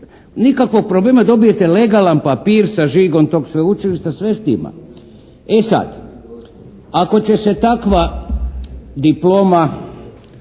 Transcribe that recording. nikakvog problema dobijete legalan papir sa žigom tog sveučilišta. Sve štima. E sad, ako će se takva diploma